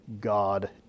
God